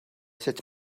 sut